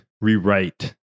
rewrite